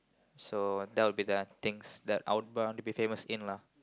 so that'll be the things that I would want to be famous in lah